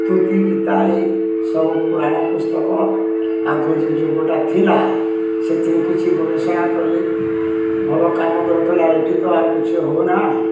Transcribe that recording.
ସ୍ତୁତିଗୀତା ଏଇ ସବୁ ପୁରାଣ ପୁସ୍ତକ ଆଗ ଯେ ଯୁଗଟା ଥିଲା ସେଥିରେ କିଛି ଗବେଷଣା କରି ଭଲ କାମ ଦେଉଥିଲା ଏଠି ତ ଆଉ କିଛି ହଉନା